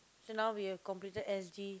okay now we have completed S_G